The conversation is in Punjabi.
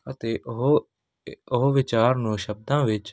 ਅਤੇ ਉਹ ਇ ਉਹ ਵਿਚਾਰ ਨੂੰ ਸ਼ਬਦਾਂ ਵਿੱਚ